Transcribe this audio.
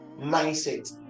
mindset